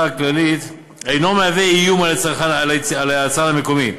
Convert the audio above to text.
הכללית אינו מהווה איום על היצרן המקומי.